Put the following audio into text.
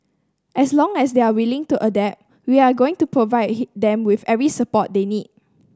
as long as they are willing to adapt we are going to provide them with every support they need